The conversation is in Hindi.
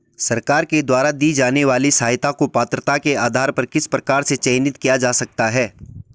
सरकार द्वारा दी जाने वाली सहायता को पात्रता के आधार पर किस प्रकार से चयनित किया जा सकता है?